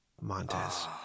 Montez